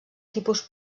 tipus